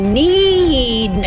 need